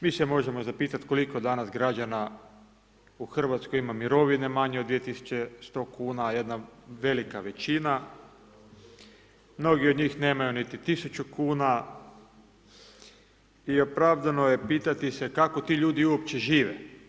Mi se možemo zapitati koliko danas građana u Hrvatskoj ima mirovine manje od 2100 kuna, jedna velika većina, mnogi od njih nemaju niti 1000 kuna, i opravdano je pitati se kako ti ljudi uopće žive?